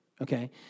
Okay